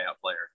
player